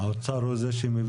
האוצר הוא לא זה שמביא?